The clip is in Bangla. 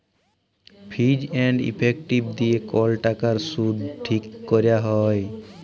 ফিজ এন্ড ইফেক্টিভ দিয়ে কল টাকার শুধ ঠিক ক্যরা হ্যয়